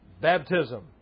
baptism